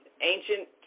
ancient